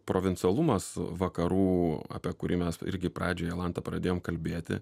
provincialumas vakarų apie kurį mes irgi pradžioj jolanta pradėjom kalbėti